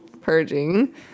purging